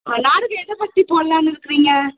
ஆ நாடகம் எதைப் பற்றி போடலான்னு இருக்குறீங்க